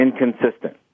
inconsistent